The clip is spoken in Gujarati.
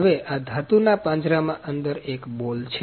હવે આ ધાતુ ના પાંજરામાં અંદર એક બોલ છે